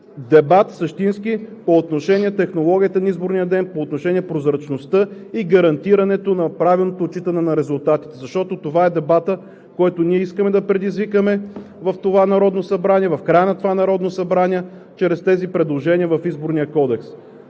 дебат по отношение технологията на изборния ден, по отношение прозрачността и гарантирането на правилното отчитане на резултатите. Защото това е дебатът, който ние искаме да предизвикаме в това Народно събрание, в края на това Народно събрание чрез тези предложения в Изборния кодекс.